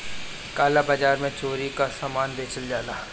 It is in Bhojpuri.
काला बाजार में चोरी कअ सामान बेचल जाला